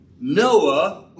Noah